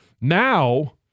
Now